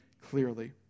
clearly